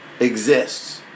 exists